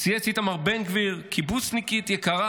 צייץ איתמר בן גביר: "קיבוצניקית יקרה,